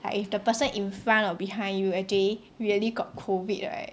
like if the person in front or behind you actually really got COVID right